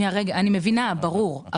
אני מבינה, ברור.